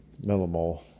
millimole